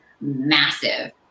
massive